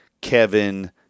Kevin